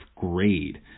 grade